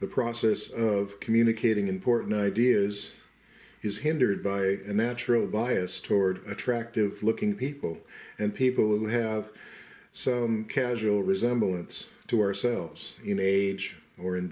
the process of communicating important ideas is hindered by a natural bias toward attractive looking people and people who have so casual resemblance to ourselves in age or in